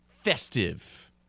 festive